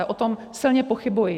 O tom silně pochybuji.